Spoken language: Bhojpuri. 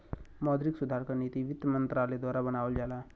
मौद्रिक सुधार क नीति वित्त मंत्रालय द्वारा बनावल जाला